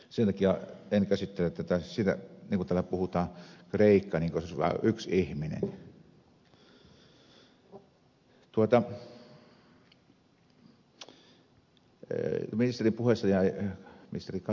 sen takia en käsittele tätä niin kuin täällä on puhuttu kreikasta että se olisi niin kuin yksi ihminen